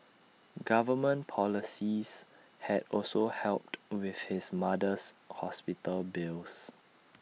government policies had also helped with his mother's hospital bills